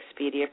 Expedia